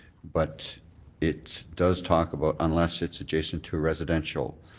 but it does talk about unless it's adjacent to residential,